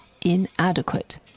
inadequate